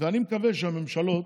אני מקווה שהממשלות,